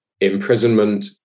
imprisonment